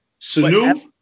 Sanu